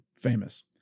famous